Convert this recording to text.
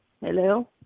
Hello